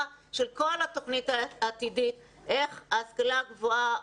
של כל התכנית העתידית של ההשכלה הגבוהה,